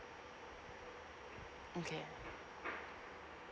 okay